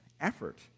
Effort